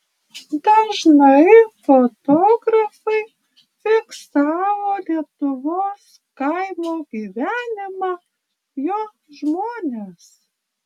dažnai fotografai fiksavo lietuvos kaimo gyvenimą jo žmones